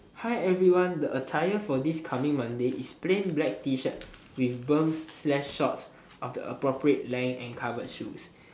hi everyone the attire for this coming monday is plain black t-shirt with berms slash shorts of the appropriate length and covered shoes